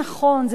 זה לא הגיוני,